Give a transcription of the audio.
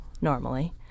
normally